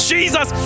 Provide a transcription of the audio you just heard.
Jesus